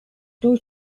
two